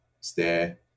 stare